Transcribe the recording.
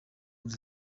muri